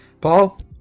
Paul